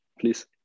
please